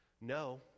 no